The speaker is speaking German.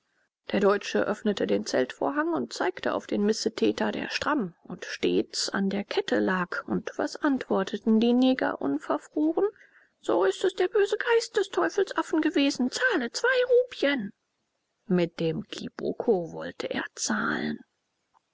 der deutsche öffnete den zeltvorhang und zeigte auf den missetäter der stramm und stets an der kette lag und was antworteten die neger unverfroren so ist es der böse geist des teufelsaffen gewesen zahle zwei rupien mit dem kiboko wollte er zahlen